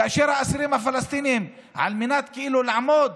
עם האסירים הפלסטינים, על מנת כאילו לעמוד